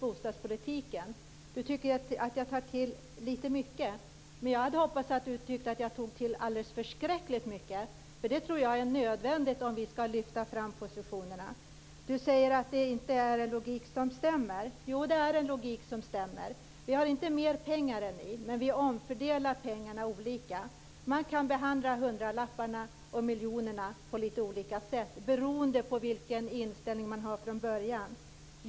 Lennart Nilsson tycker att jag tar i mycket. Jag hade hoppats att han skulle tycka att jag tog i alldeles förskräckligt mycket. Det tror jag är nödvändigt om vi skall lyfta fram positionerna. Lennart Nilsson säger att logiken inte stämmer. Jo, den stämmer. Vi har inte mer pengar än ni, men vi omfördelar pengarna olika. Man kan behandla hundralapparna och miljonerna på olika sätt beroende på vilken inställning man har från början.